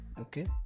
Okay